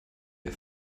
der